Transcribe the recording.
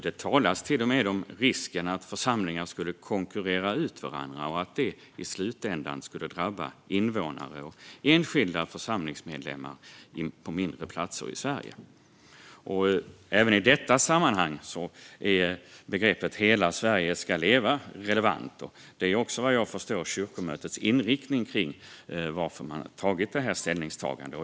Det talas till och med om risken att församlingar skulle konkurrera ut varandra och att det i slutändan skulle drabba invånare och enskilda församlingsmedlemmar på mindre platser i Sverige. Även i detta sammanhang är begreppet Hela Sverige ska leva relevant. Det är också vad jag förstår kyrkomötets inriktning för varför man tagit detta ställningstagande.